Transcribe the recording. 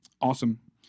awesome